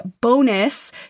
bonus